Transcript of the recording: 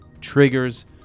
triggers